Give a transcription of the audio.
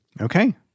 Okay